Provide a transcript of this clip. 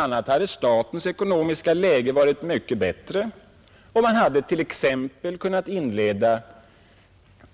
a. hade statens ekonomiska läge varit mycket bättre, och man hade t.ex. kunnat inleda